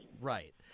Right